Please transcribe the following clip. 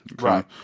Right